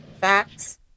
Facts